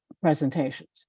presentations